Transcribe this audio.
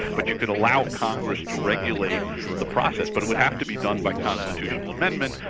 but you could allow congress to regulate the process, but it would have to be done by constitutional amendment,